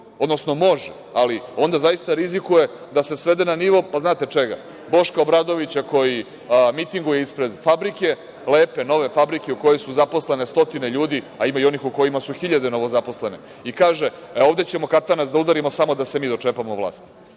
Odnosno, može, ali onda zaista rizikuje da se svede na nivo, znate čega? Boška Obradovića koji mitinguje ispred fabrike, lepe nove fabrike u kojoj su zaposlene stotine ljudi, a ima i onih u kojima su na hiljade novozaposlenih i kaže - e, ovde ćemo katanac da udarimo samo da se mi dočepamo vlasti.I